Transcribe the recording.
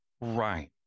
Right